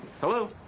Hello